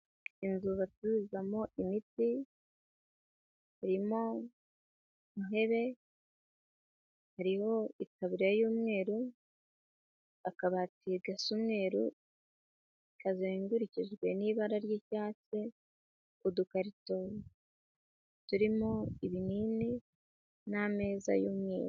Inzu bafurizamo imiti, irimo intebe, hariho itaburiya y'umweru, akabati gasa umweru, kazengurukijwe n'ibara ry'icyatsi, udukarito turimo ibinini n'ameza y'umweru.